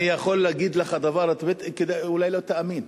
אני יכול להגיד לך דבר, אולי לא תאמין.